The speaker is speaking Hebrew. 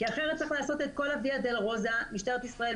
כי אחרת צריך לעשות את כל הויה דולורוזה: משטרת ישראל,